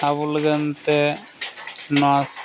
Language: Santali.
ᱟᱵᱚ ᱞᱟᱹᱜᱤᱫᱛᱮ ᱱᱚᱣᱟ